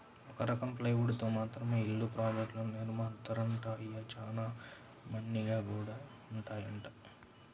ఒక రకం ప్లైవుడ్ తో మాత్రమే ఇళ్ళ ప్రాజెక్టులను నిర్మిత్తారంట, అయ్యి చానా మన్నిగ్గా గూడా ఉంటాయంట